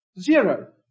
Zero